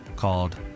called